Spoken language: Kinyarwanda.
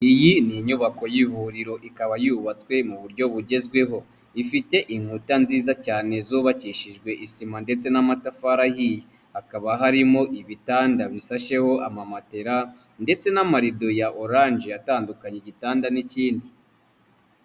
Iyi ni inyubako y'ivuriro ikaba yubatswe mu buryo bugezweho, ifite inkuta nziza cyane zubakishijwe isima ndetse n'amatafari ahiye, hakaba harimo ibitanda bishasheho amamatela ndetse n'amarido ya oranje atandukanya igitanda n'ikindi.